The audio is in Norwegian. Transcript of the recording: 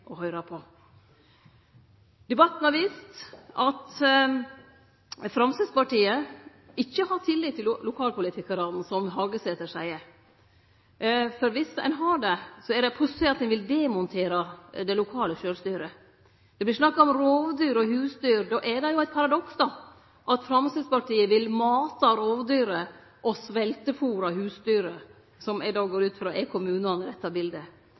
å høyre på. Debatten har vist at Framstegspartiet ikkje har tillit til lokalpolitikarane, som Hagesæter seier, for dersom ein har det, er det pussig at ein vil demontere det lokale sjølvstyret. Det vert snakka om rovdyr og husdyr. Då er det eit paradoks at Framstegspartiet vil mate rovdyret og sveltefôre husdyret, som eg då går ut frå er kommunane i dette